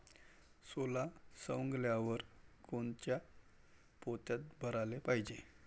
सोला सवंगल्यावर कोनच्या पोत्यात भराले पायजे?